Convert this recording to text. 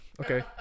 Okay